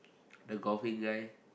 the golfing guy